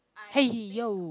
hey yo